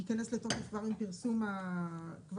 יכנס לתוקף כבר עם פרסום החוק,